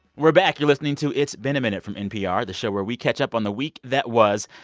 we're back. you're listening to it's been a minute from npr, the show where we catch up on the week that was.